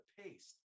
paste